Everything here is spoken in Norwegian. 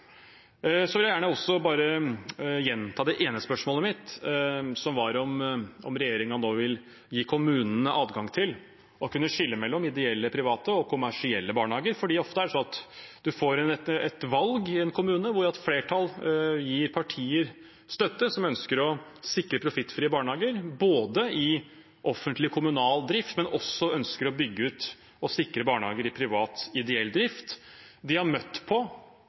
Jeg vil også gjerne gjenta det ene spørsmålet mitt, som var om regjeringen nå vil gi kommunene adgang til å kunne skille mellom ideelle private og kommersielle barnehager. Ofte er det sånn at man får et valg i en kommune hvor et flertall gir partier støtte som ønsker å sikre profittfrie barnehager i offentlig, kommunal drift, men også som ønsker å bygge ut og sikre barnehager i privat, ideell drift. De har møtt på